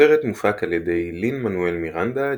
הסרט מופק על ידי לין-מנואל מירנדה,